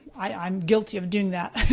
i'm guilty of doing that.